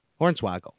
Hornswoggle